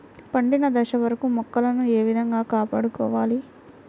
పండిన దశ వరకు మొక్కలను ఏ విధంగా కాపాడుకోవాలి?